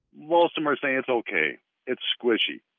well some are saying it's ok it's squishy.